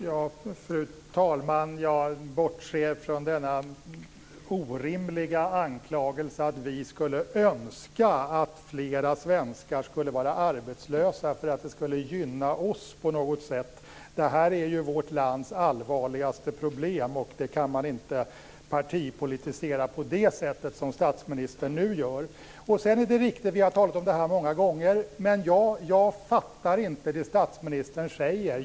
Fru talman! Jag bortser från denna orimliga anklagelse att vi skulle önska att fler svenskar skulle vara arbetslösa för att det skulle gynna oss på något sätt. Det här är ju vårt lands allvarligaste problem, och det kan man inte partipolitisera på det sätt som statsministern nu gör. Det är riktigt att vi har talat om detta många gånger, men jag fattar inte det som statsministern säger.